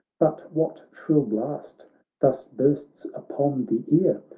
but what shrill blast thus bursts upon the ear?